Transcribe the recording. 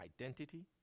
identity